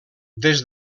des